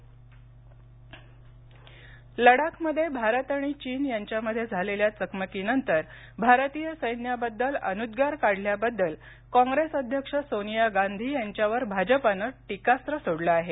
Bhajpa Congress वाक्यद्व लडाखमध्ये भारत आणि चीन यांच्यामध्ये झालेल्या चकमकीनंतर भारतीय सैन्याबद्दल अनुद्गार काढल्याबद्दल काँग्रेस अध्यक्ष सोनिया गांधी यांच्यावर भाजपाने टीकास्त्र सोडलं आहे